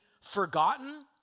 forgotten